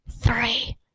three